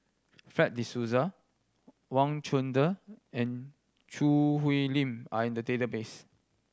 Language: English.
Fred De Souza Wang Chunde and Choo Hwee Lim are in the database